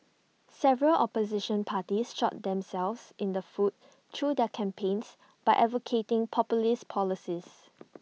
several opposition parties shot themselves in the foot through their campaigns by advocating populist policies